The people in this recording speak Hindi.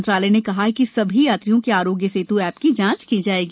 मंत्रालय ने कहा है कि सभी यात्रियों के आरोग्य सेतू ऐप की जांच की जाएगी